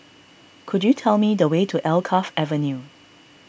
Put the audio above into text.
could you tell me the way to Alkaff Avenue